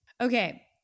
Okay